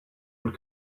and